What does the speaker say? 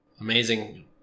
Amazing